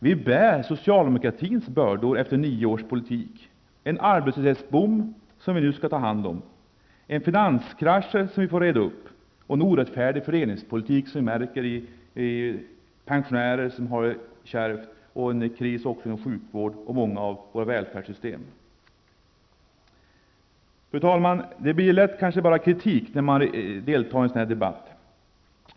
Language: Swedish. Vi bär socialdemokratins bördor efter nio års politik med en arbetslöshetsboom som vi nu skall ta hand om, en finanskrasch som vi får reda upp, en orättfärdig fördelningspolitik som vi märker i att pensionärer har det kärvt och i en kris inom sjukvården och många av välfärdsystemen. Fru talman! Det blir lätt bara kritik när man deltar i en sådan här debatt.